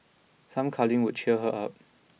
some cuddling could cheer her up